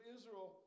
Israel